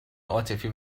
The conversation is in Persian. عاطفی